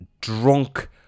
Drunk